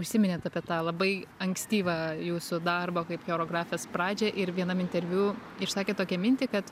užsiminėt apie tą labai ankstyvą jūsų darbą kaip choreografės pradžią ir vienam interviu išsakėt tokią mintį kad